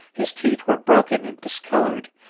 his teeth were broken and discoloured.